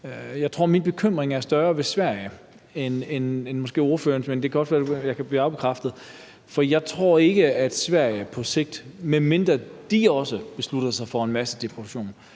Jeg tror måske, min bekymring for Sverige er større end ordførerens – men det kan godt være, at jeg kan blive afkræftet i det – for jeg tror ikke, at Sverige på sigt, medmindre de også beslutter sig for en massedeportation,